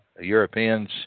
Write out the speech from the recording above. Europeans